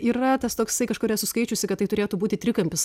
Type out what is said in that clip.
yra tas toksai kažkur esu skaičiusi kad tai turėtų būti trikampis